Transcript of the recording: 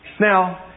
Now